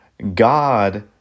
God